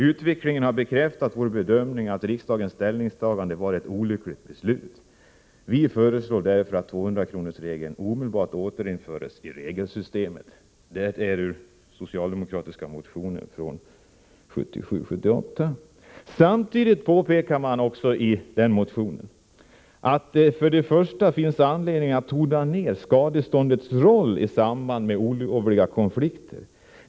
Utvecklingen har bekräftat vår bedömning att riksdagens ställningstagande var ett olyckligt beslut. Vi föreslår därför att 200 kronorsregeln omedelbart återinföres i regelsystemet.” Samtidigt hänvisas till följande påpekande i en socialdemokratisk reservation i tidigare sammanhang: ”För det första finns anledning att tona ner skadeståndets roll i samband med olovliga konflikter.